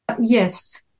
Yes